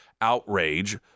outrage